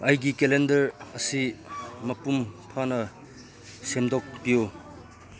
ꯑꯩꯒꯤ ꯀꯦꯂꯦꯟꯗꯔ ꯑꯁꯤ ꯃꯄꯨꯡ ꯐꯥꯅ ꯁꯦꯝꯗꯣꯛꯄꯤꯎ